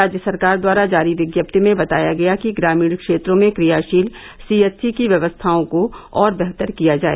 राज्य सरकार द्वारा जारी विज्ञप्ति में बताया गया कि ग्रामीण क्षेत्रों में क्रियाशील सीएचसी की व्यवस्थाओं को और बेहतर किया जाए